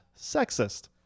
sexist